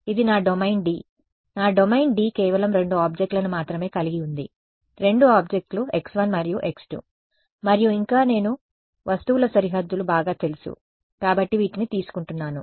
ఇది నా domain D నా డొమైన్ D కేవలం రెండు ఆబ్జెక్ట్లను మాత్రమే కలిగి ఉంది రెండు ఆబ్జెక్ట్లు x1 మరియు x2 మరియు ఇంకా నేను వస్తువుల సరిహద్దులు బాగా తెలుసు కాబట్టి వీటిని తీసుకుంటున్నాను